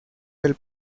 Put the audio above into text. del